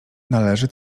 należy